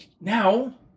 Now